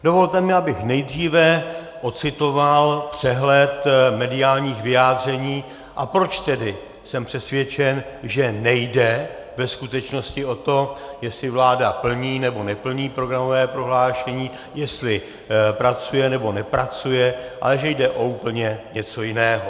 Dovolte mi, abych nejdříve ocitoval přehled mediálních vyjádření, a proč jsem tedy přesvědčen, že nejde ve skutečnosti o to, jestli vláda plní nebo neplní programové prohlášení, jestli pracuje nebo nepracuje, ale že jde o úplně něco jiného.